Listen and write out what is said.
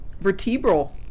vertebral